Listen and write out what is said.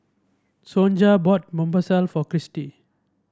Sonja bought Monsunabe for Kristie